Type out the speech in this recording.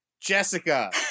Jessica